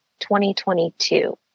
2022